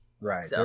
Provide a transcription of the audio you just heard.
Right